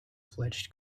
fledged